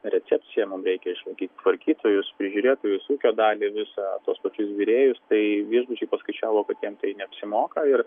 recepciją mum reikia išlaikyti tvarkytojus prižiūrėtojus ūkio dalį visą tuos pačius virėjus tai viešbučiai paskaičiavo kad jiem tai neapsimoka ir